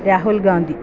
Rahul Gandhi